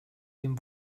dem